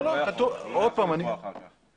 הוא לא יכול לקבוע אחר כך, רק מראש.